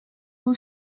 will